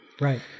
Right